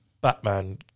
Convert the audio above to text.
Batman